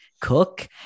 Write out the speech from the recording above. cook